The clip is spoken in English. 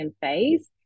phase